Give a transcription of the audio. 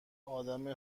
آدم